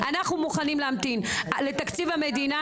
אנחנו מוכנים להמתין לתקציב המדינה,